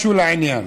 משהו לעניין.